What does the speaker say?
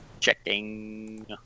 Checking